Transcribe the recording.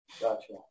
Gotcha